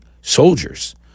soldiers